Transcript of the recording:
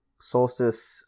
Solstice